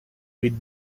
with